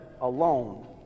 alone